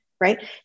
right